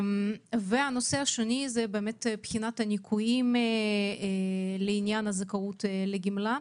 הנושא השני הוא בחינת הניכויים לעניין זכאות לגמלה.